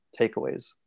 takeaways